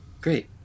Great